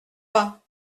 pas